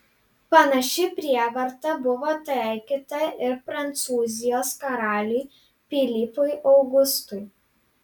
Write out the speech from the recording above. panaši prievarta buvo taikyta ir prancūzijos karaliui pilypui augustui